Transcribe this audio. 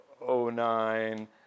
09